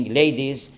ladies